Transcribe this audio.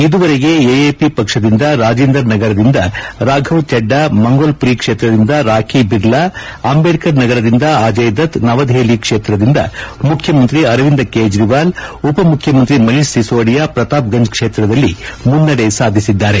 ಇದುವರೆಗೆ ಎಎಪಿ ಪಕ್ಷದಿಂದ ರಾಜೀಂದರ್ ನಗರದಿಂದ ರಾಫವ್ ಛಡಾ ಮಂಗೋಲ್ಪುರಿ ಕ್ಷೇತ್ರದಿಂದ ರಾಖಿ ಬಿರ್ಲಾ ಅಂಬೇಡ್ತರ್ ನಗರದಿಂದ ಅಜಯ್ ದತ್ ನವದೆಹಲಿ ಕ್ಷೇತ್ರದಿಂದ ಮುಖ್ಯಮಂತ್ರಿ ಅರವಿಂದ ಕೇಜ್ರವಾಲ್ ಉಪಮುಖ್ಯಮಂತ್ರಿ ಮನೀಶ್ ಸಿಸೋಡಿಯಾ ಪ್ರತಾಪ್ ಗಂಜ್ ಕ್ಷೇತ್ರದಲ್ಲಿ ಮುನ್ನಡೆ ಸಾಧಿಸಿದ್ದಾರೆ